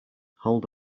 hold